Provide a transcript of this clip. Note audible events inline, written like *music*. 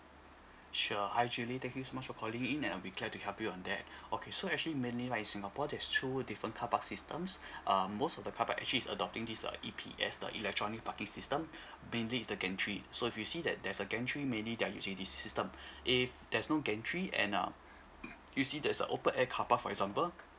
sure hi julie thank you so much for calling in and I'll be glad to help you on that okay so actually mainly right singapore there's two different carpark systems um most of the carpark actually is adopting this uh E_P_S the electronic parking system mainly is the gantry so if you see that there's a gantry mainly they're using this system if there's no gantry and uh *coughs* you see there's a open air carpark for example